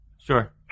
Sure